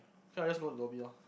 so I just go to Dhoby loh